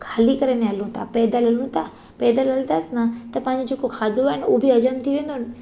हली करे ने हलूं था पैदल हलूं था पैदल हलंदासीं न त पंहिंजो जेको खाधो आहे न उहो बि हज़म थी वेंदो